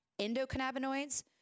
endocannabinoids